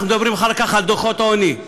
אנחנו מדברים אחר כך על דוחות עוני.